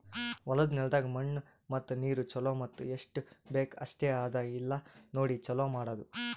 ಹೊಲದ ನೆಲದಾಗ್ ಮಣ್ಣು ಮತ್ತ ನೀರು ಛಲೋ ಮತ್ತ ಎಸ್ಟು ಬೇಕ್ ಅಷ್ಟೆ ಅದಾ ಇಲ್ಲಾ ನೋಡಿ ಛಲೋ ಮಾಡದು